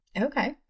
okay